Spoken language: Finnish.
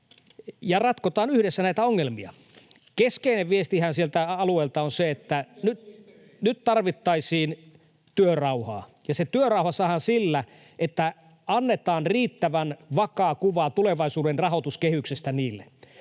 Siinä vinkkejä ministereille!] Keskeinen viestihän sieltä alueilta on se, että nyt tarvittaisiin työrauhaa, ja se työrauha saadaan sillä, että annetaan riittävän vakaa kuva tulevaisuuden rahoituskehyksestä niille.